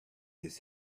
his